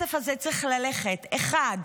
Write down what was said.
הכסף הזה צריך ללכת, אחד,